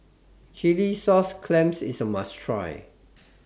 Chilli Sauce Clams IS A must Try